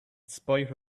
spite